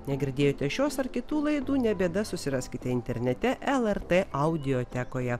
negirdėjote šios ar kitų laidų ne bėda susiraskite internete lrt audiotekoje